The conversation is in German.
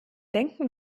denken